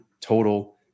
total